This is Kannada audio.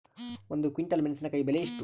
ಒಂದು ಕ್ವಿಂಟಾಲ್ ಮೆಣಸಿನಕಾಯಿ ಬೆಲೆ ಎಷ್ಟು?